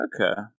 Okay